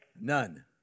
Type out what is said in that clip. none